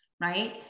right